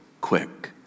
quick